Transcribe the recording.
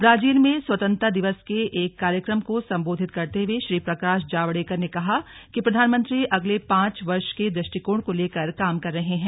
Brazil में स्वतंत्रता दिवस के एक कार्यक्रम को संबोधित करते हुए प्रकाश जावडेकर ने कहा कि प्रधानमंत्री अगले पांच वर्ष के दृष्टिकोण को लेकर काम कर रहे हैं